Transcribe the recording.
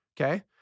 Okay